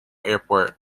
airport